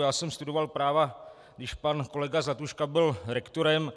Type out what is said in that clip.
Já jsem studoval práva, když pan kolega Zlatuška byl rektorem.